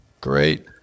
Great